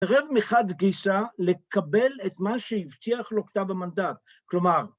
ערב מחד גיסא לקבל את מה שיבטיח לו כתב המנדט, כלומר...